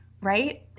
right